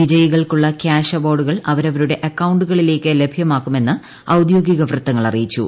വിജയി കൾക്കുള്ള ക്യാഷ് അവാർഡുകൾ അവരവരുടെ അക്കൌണ്ടുകളിൽ ലഭ്യമാക്കുമെന്ന് ഔദ്യോഗിക വൃത്തങ്ങൾ അിറയിച്ചു